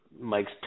Mike's